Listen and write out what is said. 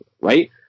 right